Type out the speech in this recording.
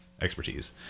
expertise